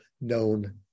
known